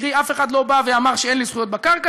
קרי אף אחד לא בא ואמר שאין לי זכויות בקרקע,